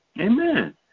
Amen